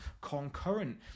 concurrent